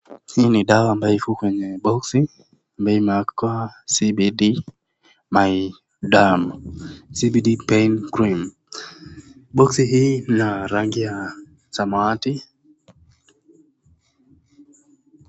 Hii ni dawa ambayo iko kwenye boksi ambaye imeandikwa CBD Dam, CBD pain cream. Boksi hii ina rangi ya samawati.